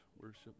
worship